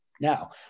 Now